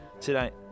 tonight